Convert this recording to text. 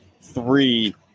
three